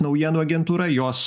naujienų agentūra jos